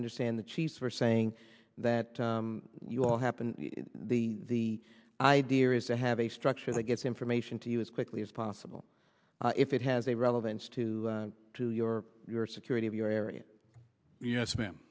understand the chiefs were saying that you all happen the idea is to have a structure that gets information to you as quickly as possible if it has a relevance to to your your security of your area yes ma'am